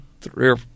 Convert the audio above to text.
three